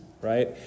right